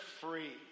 free